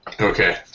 Okay